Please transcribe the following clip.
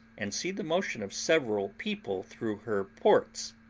and see the motion of several people through her ports.